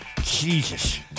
Jesus